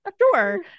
Sure